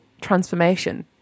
transformation